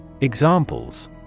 Examples